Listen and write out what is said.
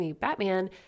Batman